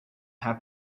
have